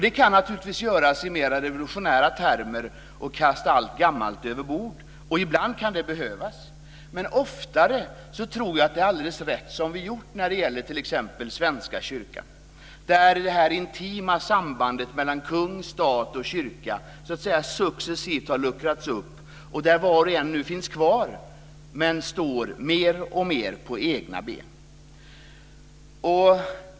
Det kan naturligtvis göras i mera revolutionära termer, och man kan kasta allt gammalt över bord. Ibland kan det behövas, men oftare tror jag att det är alldeles rätt att göra så som vi gjort när det gäller t.ex. Svenska kyrkan, där det intima sambandet mellan kung, stat och kyrka successivt har luckrats upp och där var och en nu finns kvar men står mer och mer på egna ben.